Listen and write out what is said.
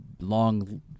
long